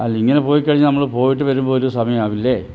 അല്ലിങ്ങനെ പോയിക്കഴിഞ്ഞാൽ നമ്മൾ പോയിട്ട് വരുമ്പോൾ ഒരു സമയമാവില്ലേ